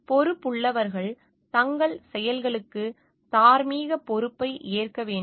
பொறுப்புள்ளவர்கள் தங்கள் செயல்களுக்கு தார்மீக பொறுப்பை ஏற்க வேண்டும்